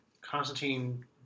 Constantine